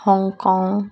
Hong Kong